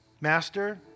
Master